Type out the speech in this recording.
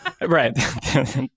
Right